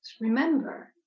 remember